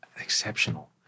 Exceptional